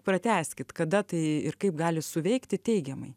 pratęskit kada tai ir kaip gali suveikti teigiamai